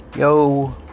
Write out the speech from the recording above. Yo